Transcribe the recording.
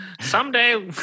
Someday